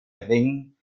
ring